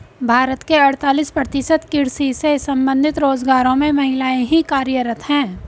भारत के अड़तालीस प्रतिशत कृषि से संबंधित रोजगारों में महिलाएं ही कार्यरत हैं